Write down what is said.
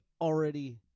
already